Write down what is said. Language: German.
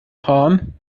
fahren